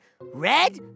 Red